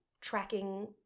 tracking